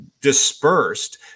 dispersed